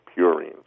purines